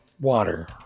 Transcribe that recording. water